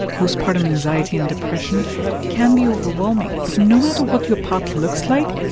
postpartum anxiety and depression can be overwhelming. no matter what your path looks like,